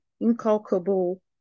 incalculable